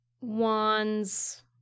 wands